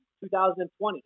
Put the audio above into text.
2020